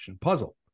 puzzle